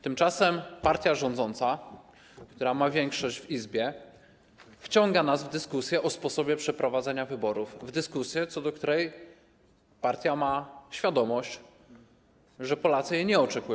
Tymczasem partia rządząca, która ma większość w Izbie, wciąga nas w dyskusję o sposobie przeprowadzenia wyborów, w dyskusję, co do której partia ma świadomość, że Polacy jej nie oczekują.